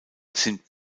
sind